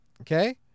Okay